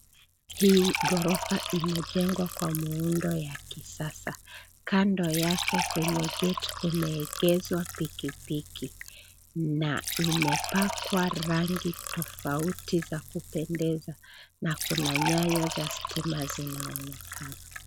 Hii gorofa imejengwa kwa muundo ya kisasa, kando yake kwenye gate kimeegeshwa pikipiki na imepakwa rangi tafauti za kupendeza na kuna nyaya za stima zinaonekana.